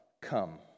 come